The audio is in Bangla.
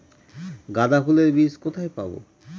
গাঁদা ফুলের বীজ কোথায় পাবো?